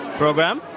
program